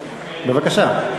בבקשה,